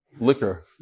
liquor